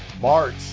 March